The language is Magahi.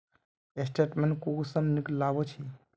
स्टेटमेंट कुंसम निकलाबो छी?